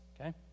Okay